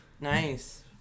Nice